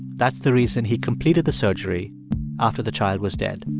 that's the reason he completed the surgery after the child was dead